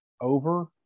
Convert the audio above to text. over